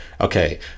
okay